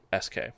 SK